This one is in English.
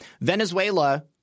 Venezuela